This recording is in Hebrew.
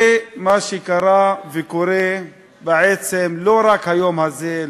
זה מה שקרה וקורה בעצם לא רק היום הזה,